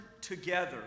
together